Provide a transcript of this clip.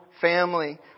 family